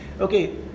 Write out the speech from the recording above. okay